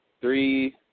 three